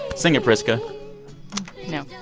sing it, priska no